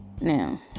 now